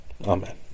Amen